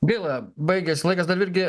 gaila baigės laikas dar virgi